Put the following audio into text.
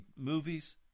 movies